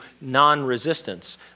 non-resistance